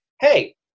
hey